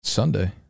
Sunday